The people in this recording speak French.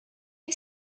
que